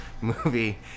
movie